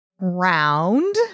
round